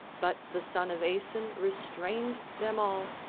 but the son of aeson restrained them all,